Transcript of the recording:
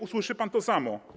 Usłyszy pan to samo.